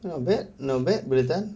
not bad not bad boleh tahan